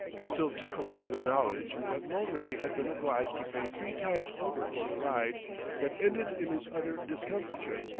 still tickled by the knowledge that mulready had been obliged to pay three times over for the ride that ended in his utter discomfiture.